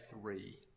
three